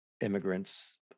immigrants